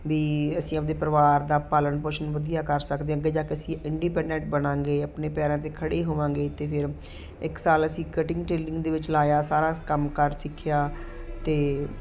ਵੀ ਅਸੀਂ ਆਪਣੇ ਪਰਿਵਾਰ ਦਾ ਪਾਲਣ ਪੋਸ਼ਣ ਵਧੀਆ ਕਰ ਸਕਦੇ ਅੱਗੇ ਜਾ ਕੇ ਅਸੀਂ ਇੰਡੀਪੈਂਡੈਂਟ ਬਣਾਂਗੇ ਆਪਣੇ ਪੈਰਾਂ 'ਤੇ ਖੜੇ ਹੋਵਾਂਗੇ ਅਤੇ ਫਿਰ ਇੱਕ ਸਾਲ ਅਸੀਂ ਕਟਿੰਗ ਟੇਲਰਿੰਗ ਦੇ ਵਿੱਚ ਲਾਇਆ ਸਾਰਾ ਕੰਮ ਕਾਰ ਸਿੱਖਿਆ ਅਤੇ